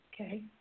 Okay